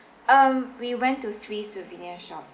um we went to three souvenir shops